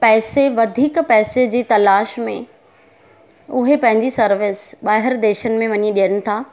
पैसे वधीक पैसे जे तलाश में उहे पंहिंजी सर्विस ॿाहिरि देशनि में वञी ॾियनि था